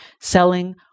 selling